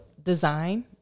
Design